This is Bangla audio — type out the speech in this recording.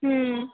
হুম